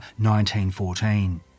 1914